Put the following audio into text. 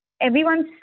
everyone's